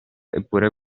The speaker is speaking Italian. eppure